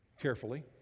carefully